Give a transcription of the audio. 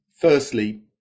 Firstly